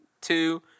Two